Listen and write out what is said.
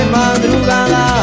madrugada